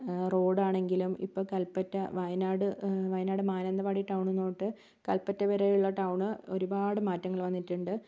ആ റോഡാണെങ്കിലും ഇപ്പോൾ കൽപ്പറ്റ വയനാട് വയനാട് മാനന്തവാടി ടൌണിൽ നിന്ന് തൊട്ട് കൽപ്പറ്റ വരെയുള്ള ടൗണ് ഒരുപാട് മാറ്റങ്ങൾ വന്നിട്ടുണ്ട്